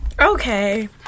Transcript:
Okay